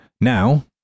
Now